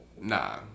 Nah